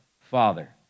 Father